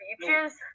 beaches